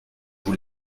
vous